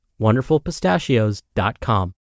WonderfulPistachios.com